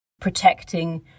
protecting